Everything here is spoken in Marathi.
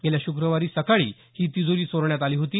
गेल्या शुक्रवारी सकाळी ही तिजोरी चोरण्यात आली होती